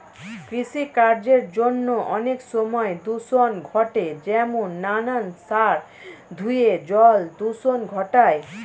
কৃষিকার্যের জন্য অনেক সময় দূষণ ঘটে যেমন নানান সার ধুয়ে জল দূষণ ঘটায়